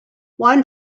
one